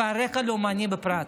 ועל רקע לאומני בפרט.